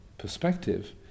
perspective